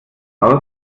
aus